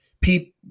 people